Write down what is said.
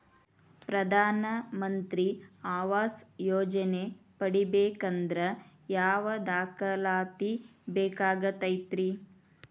ಪ್ರಧಾನ ಮಂತ್ರಿ ಆವಾಸ್ ಯೋಜನೆ ಪಡಿಬೇಕಂದ್ರ ಯಾವ ದಾಖಲಾತಿ ಬೇಕಾಗತೈತ್ರಿ?